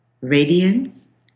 radiance